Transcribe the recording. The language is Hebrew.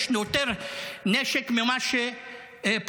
יש יותר נשק ממה שפורסם.